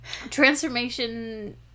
Transformation